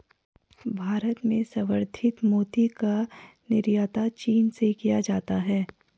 भारत में संवर्धित मोती का निर्यात चीन से किया जाता है